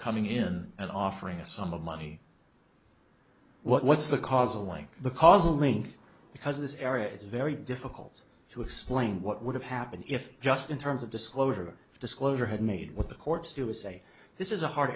coming in and offering a sum of money what's the causal link the causal link because this area is very difficult to explain what would have happened if just in terms of disclosure disclosure had made what the courts do is say this is a hard